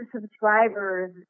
subscribers